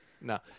No